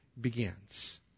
begins